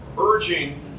urging